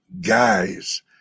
guys